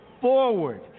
forward